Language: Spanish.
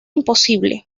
imposible